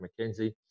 McKenzie